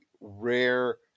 rare